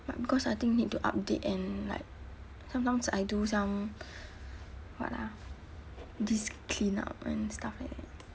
but because I think need to update and like sometimes I do some what ah disc clean up and stuff like that